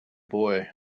boy